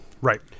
right